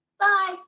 Bye